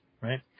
Right